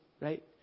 Right